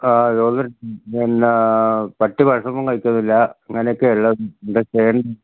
ആ രോഗമുണ്ട് പിന്നെ പട്ടി ഭക്ഷണമൊന്നും കഴിക്കുന്നില്ല അങ്ങനെയൊക്കെ ഉള്ള എല്ലാം എന്താണു ചെയ്യേണ്ടത്